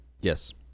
Yes